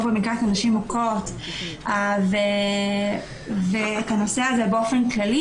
במקלט לנשים מוכות ואת הנושא הזה באופן כללי.